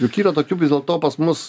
juk yra tokių vis dėlto pas mus